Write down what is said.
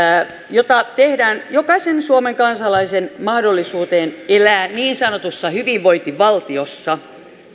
jota tehdään jokaisen suomen kansalaisen mahdollisuuteen elää niin sanotussa hyvinvointivaltiossa